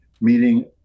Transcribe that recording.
meeting